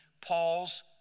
Paul's